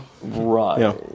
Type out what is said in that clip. Right